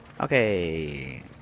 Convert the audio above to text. Okay